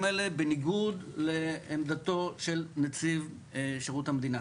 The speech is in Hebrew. האלה בניגוד לעמדתו של נציב שירות המדינה.